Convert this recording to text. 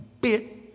bit